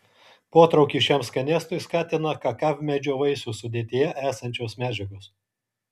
potraukį šiam skanėstui skatina kakavmedžio vaisių sudėtyje esančios medžiagos